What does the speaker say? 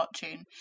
fortune